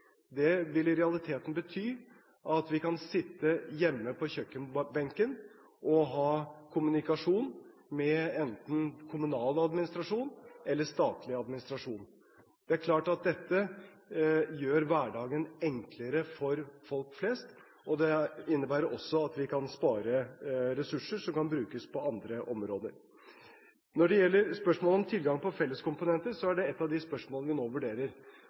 Det vil i realiteten bety at vi kan sitte hjemme ved kjøkkenbenken og ha kommunikasjon med enten kommunal administrasjon eller statlig administrasjon. Det er klart at dette gjør hverdagen enklere for folk flest, og det innebærer også at vi kan spare ressurser som kan brukes på andre områder. Når det gjelder spørsmålet om tilgang til felles komponenter, er det ett av de spørsmålene vi nå vurderer.